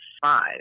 five